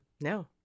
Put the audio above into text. No